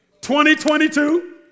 2022